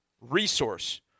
Resource